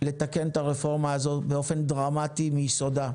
לתקן את הרפורמה הזאת באופן דרמטי מיסודה.